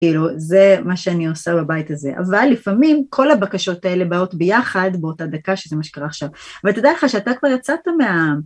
כאילו זה מה שאני עושה בבית הזה, אבל לפעמים כל הבקשות האלה באות ביחד באותה דקה שזה מה שקרה עכשיו, ותדע לך שאתה כבר יצאת מה...